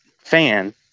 fan